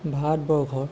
ভাৰতবৰ্ষৰ